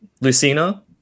Lucina